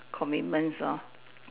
commitments lor